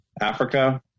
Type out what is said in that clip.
Africa